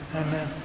amen